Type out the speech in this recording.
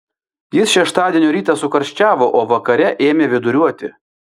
jis šeštadienio rytą sukarščiavo o vakare ėmė viduriuoti